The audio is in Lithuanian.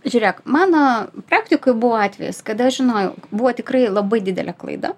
žiūrėk mano praktikoj buvo atvejis kada aš žinojau buvo tikrai labai didelė klaida